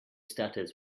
stutters